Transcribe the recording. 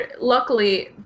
luckily